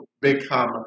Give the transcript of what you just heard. become